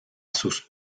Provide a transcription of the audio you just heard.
sus